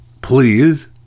please